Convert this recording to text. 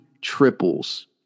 triples